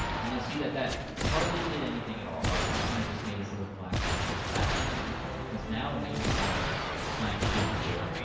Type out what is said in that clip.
and you'll see that that hardly did anything at all, right. it kind of just made this little black line, but that line's really important because now when i use my time shift tool,